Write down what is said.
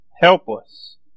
helpless